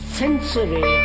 sensory